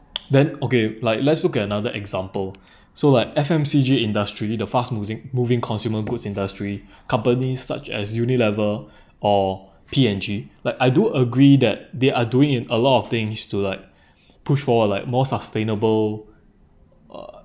then okay like let's look at another example so like F_M_C_G industry the fast moving consumer goods industry companies such as Unilever or P&G like I do agree that they are doing in a lot of things too like push for like more sustainable uh